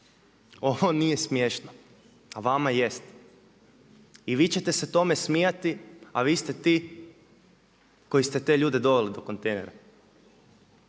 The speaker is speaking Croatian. ovo nije smiješno a vama jeste. I vi ćete se tome smijati a vi ste ti koji ste te ljude doveli do kontejnera.